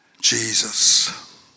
Jesus